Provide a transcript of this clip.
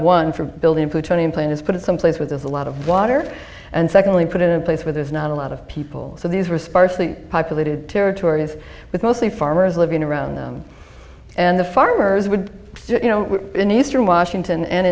one for building plutonium plane is put it someplace where there's a lot of water and secondly put in a place where there's not a lot of people so these were sparsely populated territories with mostly farmers living around them and the farmers would you know in eastern washington and